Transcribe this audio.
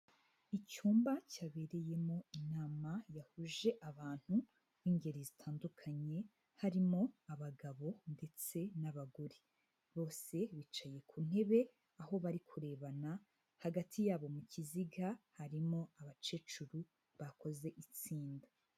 Icyumba cyabereyemo inama yahuje abantu b'ingeri zitandukanye harimo abagabo ndetse n'abagore, bose bicaye ku ntebe aho bari kurebana hagati yabo mu kiziga harimo abakecuru bakoze itsinda.